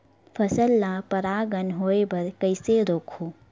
फसल ल परागण होय बर कइसे रोकहु?